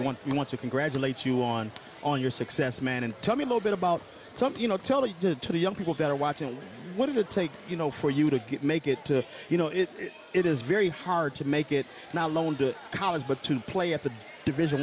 you want we want to congratulate you on on your success man and tell me a little bit about something you know tell it did to the young people that are watching what it would take you know for you to get make it to you know it it is very hard to make it not alone to college but to play at the division